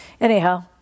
Anyhow